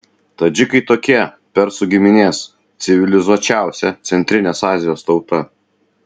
tadžikai tokie persų giminės civilizuočiausia centrinės azijos tauta